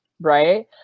right